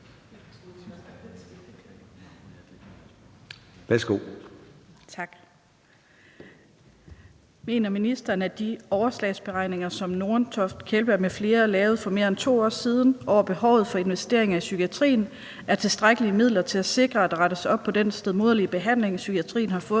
(EL): Tak. Mener ministeren, at de overslagsberegninger, som Nordentoft, Kjellberg m.fl. lavede for mere end 2 år siden over behovet for investeringer i psykiatrien, er tilstrækkelige midler til at sikre, at der rettes op på den stedmoderlige behandling, psykiatrien har fået